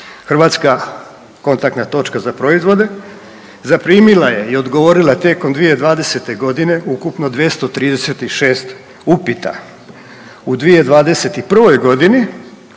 Hrvatska kontaktna točka za proizvoda zaprimila je i odgovorila tijekom 2020. ukupno 236 upita. U 2021. godini